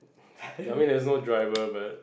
ya I mean there's no driver but